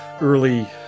early